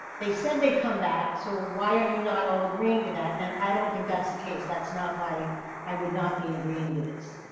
they said they'd come back, so why are you not all agreeing to that? and i don't think that's the case. that's not why i would not be agreeing to this.